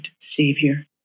Savior